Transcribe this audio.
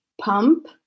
pump